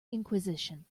inquisition